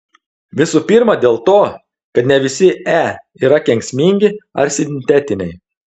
visų pirma dėl to kad ne visi e yra kenksmingi ar sintetiniai